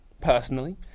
personally